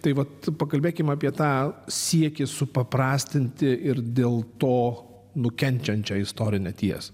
tai vat pakalbėkim apie tą siekį supaprastinti ir dėl to nukenčiančią istorinę tiesą